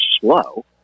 slow